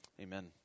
Amen